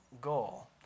goal